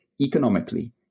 economically